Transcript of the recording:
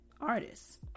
artists